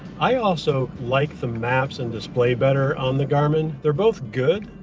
i also liked the maps and display better on the garmin. they're both good,